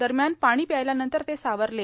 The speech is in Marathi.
दरम्यान पाणी प्यायल्यानंतर ते सावरले